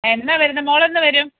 എന്നാൽ വരുന്നത് മോളെന്നു വരും